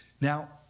Now